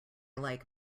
like